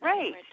Right